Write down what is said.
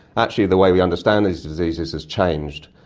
actually the way we understand these diseases has changed,